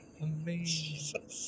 Amazing